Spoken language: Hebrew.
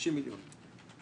50 מיליון.